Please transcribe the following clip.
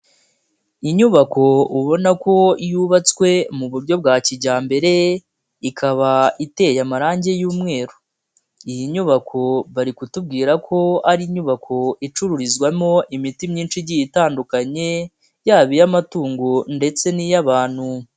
Inyubako ubona ko yubatswe mu buryo bwa kijyambere, ikaba iteye amarangi y'umweru. Iyi nyubako bari kutubwira ko ari inyubako icururizwamo imiti myinshi igiye itandukanye, yaba iy'amatungo ndetse n'iy'abantu.